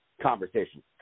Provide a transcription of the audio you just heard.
conversation